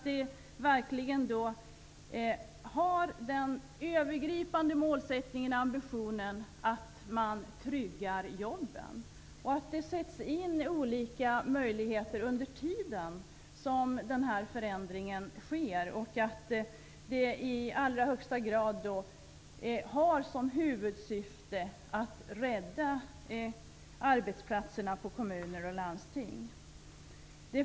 Den övergripande målsättningen och ambitionen bör verkligen vara att man tryggar jobben, att olika möjligheter ges under tiden som den här förändringen sker och att de i allra högsta grad har som huvudsyfte att rädda arbetsplatserna i kommuner och landsting.